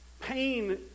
Pain